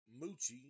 Moochie